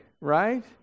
Right